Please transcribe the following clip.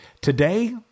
Today